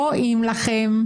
רואים לכם.